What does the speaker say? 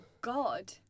god